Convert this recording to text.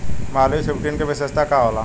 Malviya fifteen के विशेषता का होला?